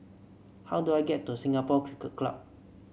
how do I get to Singapore Cricket Club